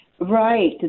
right